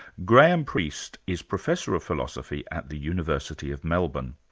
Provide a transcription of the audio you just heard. graham priest is professor of philosophy at the university of melbourne.